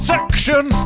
Section